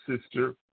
sister